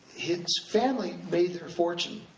his family made fortune